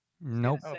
Nope